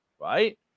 right